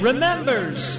Remembers